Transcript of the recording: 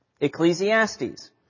Ecclesiastes